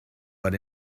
but